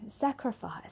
sacrifice